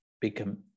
Become